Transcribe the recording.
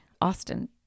Austin